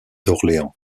d’orléans